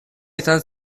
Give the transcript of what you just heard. izan